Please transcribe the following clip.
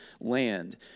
land